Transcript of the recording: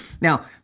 Now